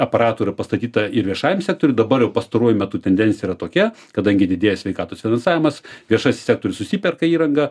aparatų yra pastatyta ir viešajam sektoriui dabar jau pastaruoju metu tendencija yra tokia kadangi didėja sveikatos finansavimas viešasis sektorius susiperka įrangą